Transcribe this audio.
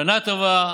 שנה טובה.